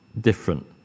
different